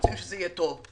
אנחנו רוצים שזה יהיה טוב.